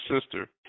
sister